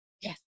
yes